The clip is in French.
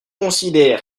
considère